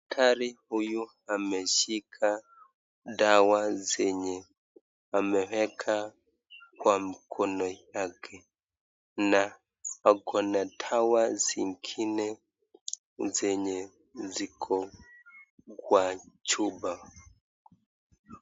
Daktari huyu ameshika dawa ambazo ameweka kwa mkono yake na ako na dawa zingine zenye ziko kwa chupa.